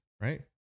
right